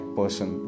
person